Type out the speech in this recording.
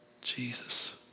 Jesus